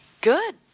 good